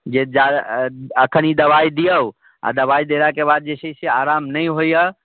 जे एखन ई दबाइ दिऔ आओर दबाइ देलाके बाद जे छै से आराम नहि होइए